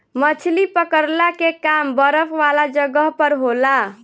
मछली पकड़ला के काम बरफ वाला जगह पर होला